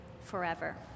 forever